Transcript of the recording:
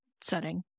setting